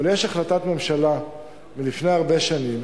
אבל יש החלטת ממשלה מלפני הרבה שנים